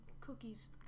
cookies